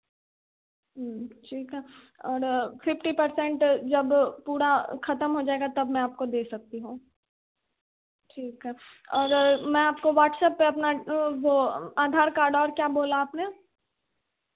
ठीक है और फिफ्टी परसेंट जब पूरा खतम हो जाएगा तब मैं आपको दे सकती हूँ ठीक है और मैं आपको व्हाट्सएप पर अपना वह आधार कार्ड और क्या बोला आपने